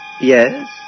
Yes